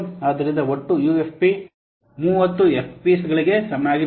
ಆದ್ದರಿಂದ ಒಟ್ಟು ಯುಎಫ್ಪಿ 30 ಎಫ್ಪಿಗಳಿಗೆ ಸಮಾನವಾಗಿರುತ್ತದೆ